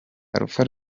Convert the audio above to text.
alpha